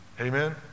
Amen